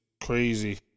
crazy